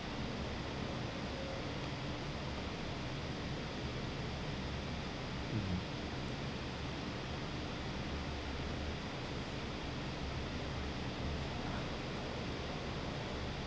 mmhmm